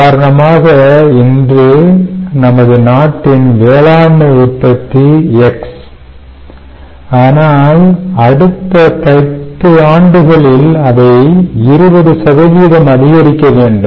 உதாரணமாக இன்று நமது நாட்டின் வேளாண்மை உற்பத்தி X ஆனால் அடுத்த 10 ஆண்டுகளில் அதை 20 அதிகரிக்க வேண்டும்